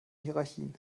hierarchien